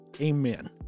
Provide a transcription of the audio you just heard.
Amen